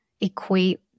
equate